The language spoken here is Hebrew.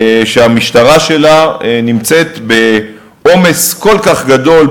שהמשטרה שלה נמצאת בעומס כל כך גדול,